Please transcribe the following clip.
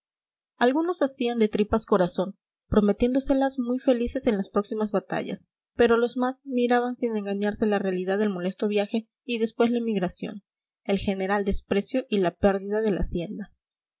algunos hacían de tripas corazón prometiéndoselas muy felices en las próximas batallas pero los más miraban sin engañarse la realidad del molesto viaje y después la emigración el general desprecio y la pérdida de la hacienda